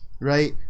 Right